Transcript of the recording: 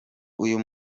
uyu